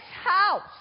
house